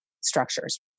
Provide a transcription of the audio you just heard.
structures